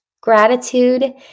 Gratitude